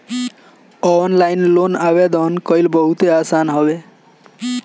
online loan आवेदन कईल बहुते आसान हवे